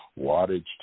wattage